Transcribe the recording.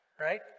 right